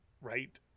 right